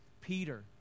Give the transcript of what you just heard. peter